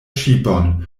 ŝipon